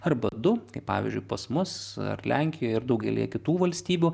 arba du kaip pavyzdžiui pas mus ar lenkijoj ir daugelyje kitų valstybių